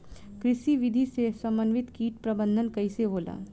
कृषि विधि से समन्वित कीट प्रबंधन कइसे होला?